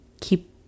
keep